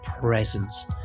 presence